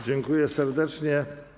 Dziękuję serdecznie.